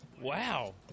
Wow